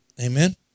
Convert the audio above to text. Amen